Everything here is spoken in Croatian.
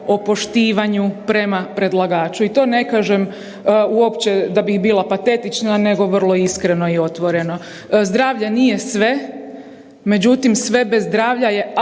o poštivanju prema predlagaču i to ne kažem uopće da bih bila patetična nego vrlo iskreno i otvoreno. Zdravlje nije sve, međutim, sve bez zdravlja je